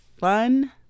fun